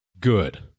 good